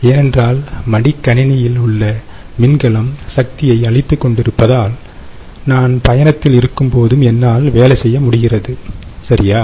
ஏனென்றால் மடிக்கணினியில் உள்ள மின்கலம் சக்தியை அளித்து கொண்டிருப்பதால் நான் பயணத்தில் இருக்கும்போதும் என்னால் வேலை செய்ய முடிகிறது சரியா